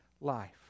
life